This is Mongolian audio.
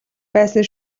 байсан